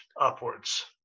upwards